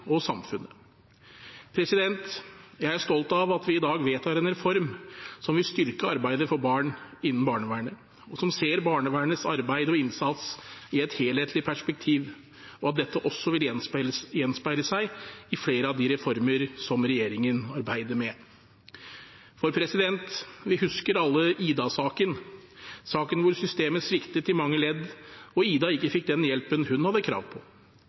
og samfunnet. Jeg er stolt av at vi i dag vedtar en reform som vil styrke arbeidet for barn innen barnevernet, og som ser barnevernets arbeid og innsats i et helhetlig perspektiv, og at dette også vil gjenspeile seg i flere av de reformer som regjeringen arbeider med. For vi husker alle «Ida-saken», saken hvor systemet sviktet i mange ledd og «Ida» ikke fikk den hjelpen hun hadde krav på.